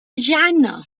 jana